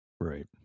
right